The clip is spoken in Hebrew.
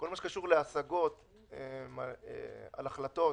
בכל הקשור להשגות על החלטות,